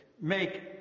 Make